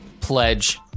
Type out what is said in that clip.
pledge